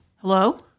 Hello